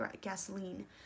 gasoline